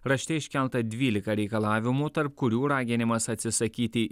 rašte iškelta dvylika reikalavimų tarp kurių raginimas atsisakyti